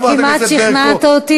חברת הכנסת ברקו,